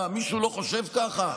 מה, מישהו לא חושב ככה?